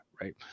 right